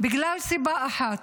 בגלל סיבה אחת,